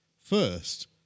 first